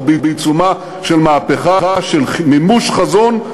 אנחנו בעיצומה של מהפכה, של מימוש חזון,